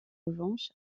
revanche